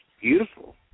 beautiful